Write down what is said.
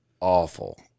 awful